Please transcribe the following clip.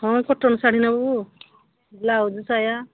ହଁ କଟନ୍ ଶାଢ଼ୀ ନେବୁ ବ୍ଲାଉଜ୍ ସାୟା